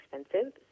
expensive